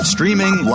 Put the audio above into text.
Streaming